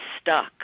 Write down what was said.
stuck